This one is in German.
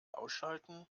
ausschalten